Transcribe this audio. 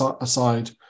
aside